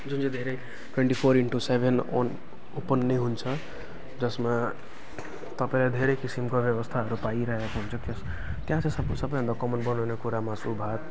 जुन चाहिँ धेरै ट्वेन्टी फोर इन्टु सेभेन अन ओपन नै हुन्छ जसमा तपाईँलाई धेरै किसिमका व्यवस्थाहरू पाइराखेको हुन्छ त्यस त्यहाँ त्यस्तो सबैभन्दा कमन बनाउने कुरा मासु भात